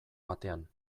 batean